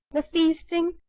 the feasting,